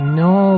no